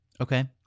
Okay